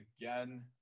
again